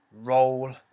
Roll